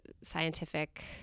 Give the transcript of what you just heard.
scientific